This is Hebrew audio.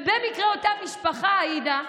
ובמקרה אותה משפחה, עאידה,